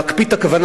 להקפיא את הכוונה.